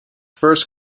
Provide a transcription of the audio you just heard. first